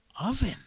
oven